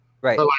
right